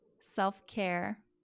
self-care